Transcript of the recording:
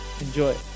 Enjoy